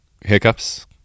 hiccups